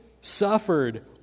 suffered